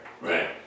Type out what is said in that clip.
Right